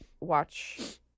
watch